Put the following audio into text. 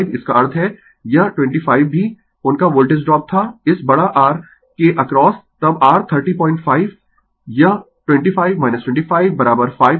इसका अर्थ है यह 25 भी उनका वोल्टेज ड्राप था इस बड़ा R के अक्रॉस तब r 305 -यह 25 2555